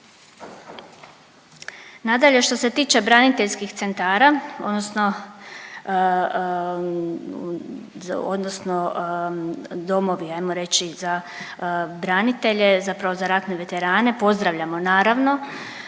Nadalje, što se tiče braniteljskih centara odnosno, odnosno domovi ajmo reći za branitelje, zapravo za ratne veterane, pozdravljamo naravno